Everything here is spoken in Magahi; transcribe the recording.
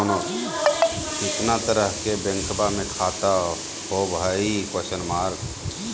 कितना तरह के बैंकवा में खाता होव हई?